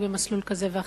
רק במסלול כזה ואחר,